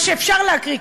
מה שאפשר להקריא,